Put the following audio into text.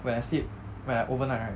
when I sleep when I overnight right